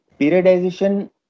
periodization